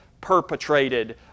perpetrated